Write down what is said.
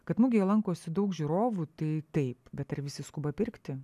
kad mugėje lankosi daug žiūrovų tai taip bet ar visi skuba pirkti